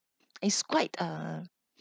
it's quite uh